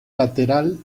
lateral